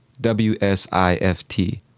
W-S-I-F-T